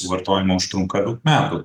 vartojimą užtrunka daug metų